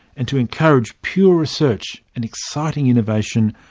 and to encourage pure research and exciting innovation,